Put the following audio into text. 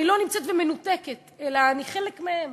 כשאני לא נמצאת ומנותקת אלא אני חלק מהם.